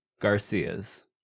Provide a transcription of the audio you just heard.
Garcia's